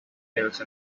else